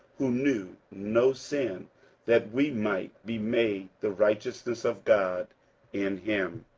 who knew no sin that we might be made the righteousness of god in him.